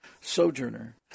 sojourner